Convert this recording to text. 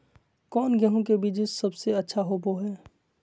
कौन गेंहू के बीज सबेसे अच्छा होबो हाय?